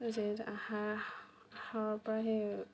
জেঠ আহাৰ আহাৰৰ পৰা সেই